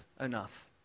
enough